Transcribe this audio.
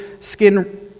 skin